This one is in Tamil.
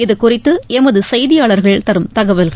இதுகுறித்து எமது செய்தியாளர்கள் தரும் தகவல்கள்